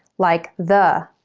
like the,